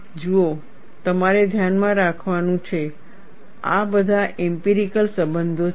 જુઓ તમારે ધ્યાનમાં રાખવાનું છે આ બધા ઇમ્પિરિકલ સંબંધો છે